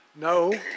No